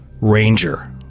Ranger